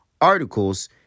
articles